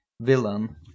Villain